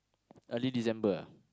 early December ah